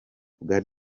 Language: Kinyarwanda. god